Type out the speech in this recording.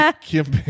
Kim